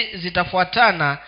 zitafuatana